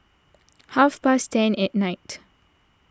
half past ten at night